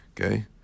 Okay